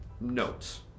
notes